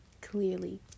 clearly